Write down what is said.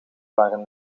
waren